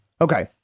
Okay